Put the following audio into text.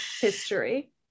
history